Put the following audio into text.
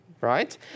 right